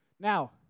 Now